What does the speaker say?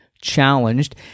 challenged